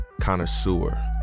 connoisseur